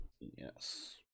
Yes